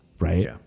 Right